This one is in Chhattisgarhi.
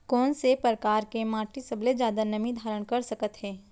कोन से परकार के माटी सबले जादा नमी धारण कर सकत हे?